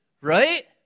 right